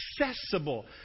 accessible